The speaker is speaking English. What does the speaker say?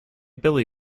billy